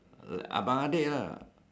abang adik lah